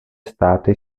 státy